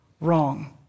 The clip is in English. wrong